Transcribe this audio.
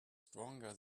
stronger